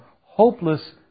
hopeless